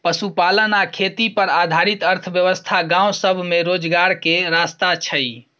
पशुपालन आ खेती पर आधारित अर्थव्यवस्था गाँव सब में रोजगार के रास्ता छइ